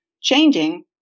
changing